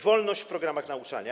Wolność w programach nauczania.